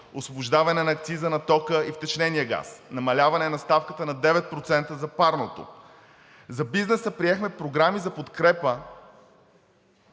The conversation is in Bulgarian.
освобождаване на акциза на тока и втечнения газ; намаляване на ставката на 9% за парното. За бизнеса приехме програми за подкрепа